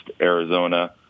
Arizona